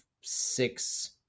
six